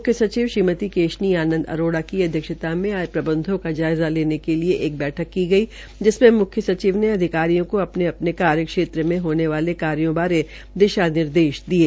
मुख्य सचिव श्रीमती केशनी आनंद आरोड़ा की अध्यक्षता में आज प्रबंधों का जायज़ा लेने केलिए एक बैठक भी की गई जिसमें मुख्य सचिव ने अधिकारियों को अपने अपने कार्य क्षेत्र में होने वाले कार्यो बारे दिशानिर्दश दिये